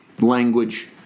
language